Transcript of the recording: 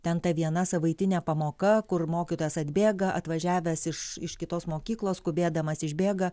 ten ta viena savaitinė pamoka kur mokytojas atbėga atvažiavęs iš iš kitos mokyklos skubėdamas išbėga